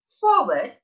forward